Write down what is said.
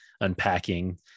unpacking